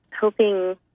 hoping